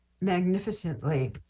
magnificently